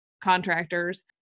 contractors